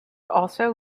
also